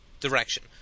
direction